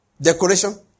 Decoration